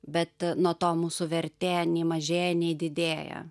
bet nuo to mūsų vertė nei mažėja nei didėja